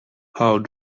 how